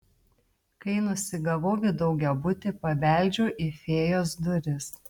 kai nusigavau į daugiabutį pabeldžiau į fėjos duris